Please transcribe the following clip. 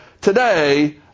today